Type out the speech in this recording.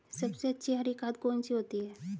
सबसे अच्छी हरी खाद कौन सी होती है?